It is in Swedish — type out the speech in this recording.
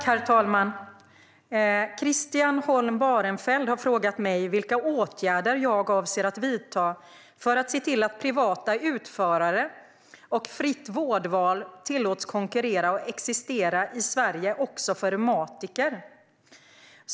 Herr talman! Christian Holm Barenfeld har frågat mig vilka åtgärder jag avser att vidta för att se till att privata utförare och fritt vårdval tillåts konkurrera och existera i Sverige också för reumatiker.